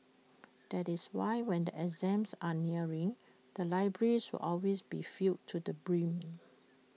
that is why when the exams are nearing the libraries will always be filled to the brim